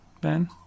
Ben